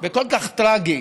וכל כך טרגי